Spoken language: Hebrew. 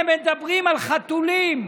הם מדברים על חתולים,